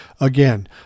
Again